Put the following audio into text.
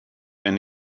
wenn